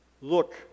look